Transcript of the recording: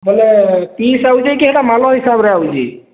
ବୋଲେ ପିସ୍ ଆସୁଛି କି ଏଟା ମାଳ ହିସାବରେ ଆସୁଛି